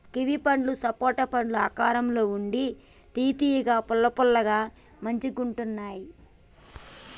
kiwi పండ్లు సపోటా పండ్ల ఆకారం ల ఉండి తియ్య తియ్యగా పుల్ల పుల్లగా మంచిగుంటున్నాయ్